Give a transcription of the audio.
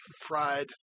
fried